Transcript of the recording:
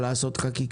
חקיקה, לעשות חקיקה.